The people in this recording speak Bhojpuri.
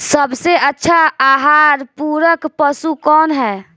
सबसे अच्छा आहार पूरक पशु कौन ह?